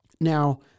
Now